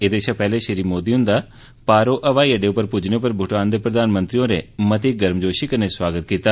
एदे शा पैहले श्री मोदी हन्दा पारो हवाई अड्डे पुजने उप्पर भूटान दे प्रधानमंत्री होरें मती गर्मजोशी कन्नै सोआगत कीता